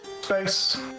space